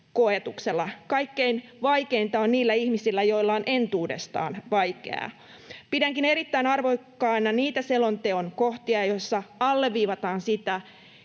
koetuksella. Kaikkein vaikeinta on niillä ihmisillä, joilla on entuudestaan vaikeaa. Pidänkin erittäin arvokkaana niitä selonteon kohtia, joissa alleviivataan sitä,